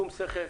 בשום שכל,